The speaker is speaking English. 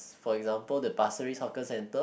for example the Pasir Ris hawker centre